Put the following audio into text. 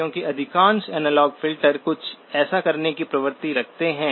क्योंकि अधिकांश analogue filter कुछ ऐसा करने की प्रवृत्ति रखते हैं